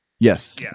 Yes